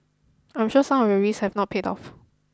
I'm sure some of your risks have not paid off